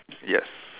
yes